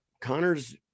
Connor's